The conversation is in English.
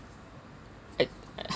I